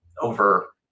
Over